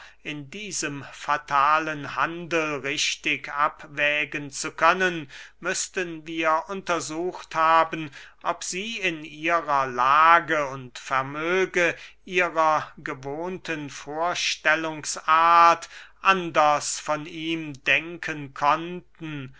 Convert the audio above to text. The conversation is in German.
in diesem fatalen handel richtig abwägen zu können müßten wir untersucht haben ob sie in ihrer lage und vermöge ihrer gewohnten vorstellungsart anders von ihm denken konnten